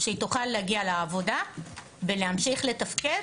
שהיא תוכל להגיע לעבודה ולהמשיך לתפקד